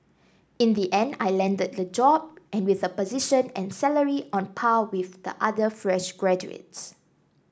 in the end I landed the job and with a position and salary on par with the other fresh graduates